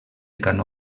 canó